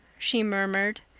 she murmured,